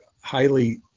highly